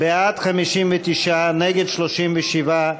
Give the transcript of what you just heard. בעד, 59, נגד, 37,